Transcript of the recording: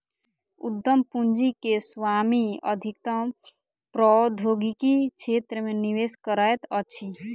उद्यम पूंजी के स्वामी अधिकतम प्रौद्योगिकी क्षेत्र मे निवेश करैत अछि